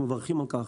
ואנחנו מברכים על כך,